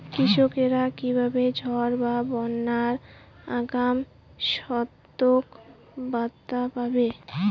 কৃষকেরা কীভাবে ঝড় বা বন্যার আগাম সতর্ক বার্তা পাবে?